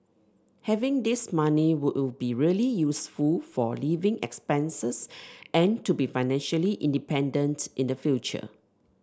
having this money will be really useful for living expenses and to be financially independent in the future